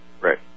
Right